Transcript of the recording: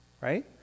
Right